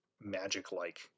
magic-like